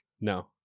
No